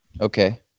Okay